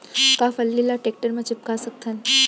का फल्ली ल टेकटर म टिपका सकथन?